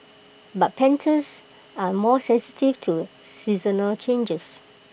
but pandas are more sensitive to seasonal changes